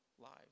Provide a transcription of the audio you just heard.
lives